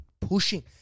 pushing